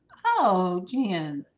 oh, jan